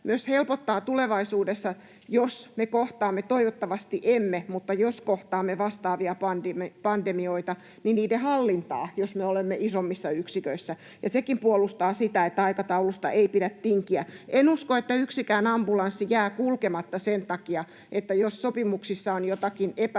myös helpottaa tulevaisuudessa, jos me kohtaamme — toivottavasti emme — vastaavia pandemioita, niiden hallintaa, jos me olemme isommissa yksiköissä, ja sekin puolustaa sitä, että aikataulusta ei pidä tinkiä. En usko, että yksikään ambulanssi jää kulkematta sen takia, että sopimuksissa on jotakin epäselvää.